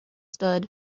stood